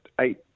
eight